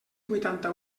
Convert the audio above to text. vuitanta